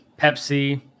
Pepsi